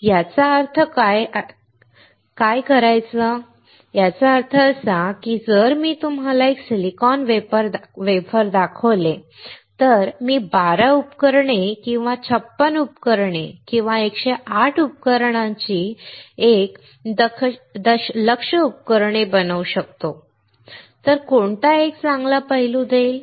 याचा अर्थ काययाचा अर्थ असा की जर मी तुम्हाला एक सिलिकॉन वेफर दाखवले तर मी 12 उपकरणे किंवा 56 उपकरणे किंवा 108 उपकरणांची एक दशलक्ष उपकरणे बनवू शकतो तर कोणता एक चांगला पैलू देईल